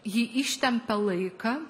ji ištempia laiką